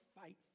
fight